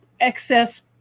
excess